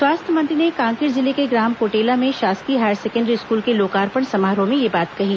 स्वास्थ्य मंत्री ने कांकेर जिले के ग्राम कोटेला में शासकीय हायर सेकेंडरी स्कुल के लोकार्पण समारोह में यह बात कही